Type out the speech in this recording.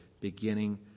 beginning